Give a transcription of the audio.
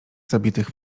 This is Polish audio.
zabitych